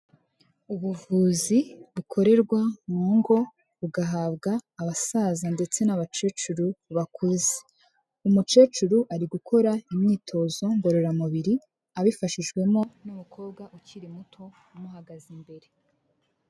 Ubuvuzi bukorerwa mu ngo bugahabwa abasaza ndetse n'abakecuru bakuze, umukecuru ari gukora imyitozo ngororamubiri abifashijwemo n'umukobwa ukiri muto umuhagaze imbere.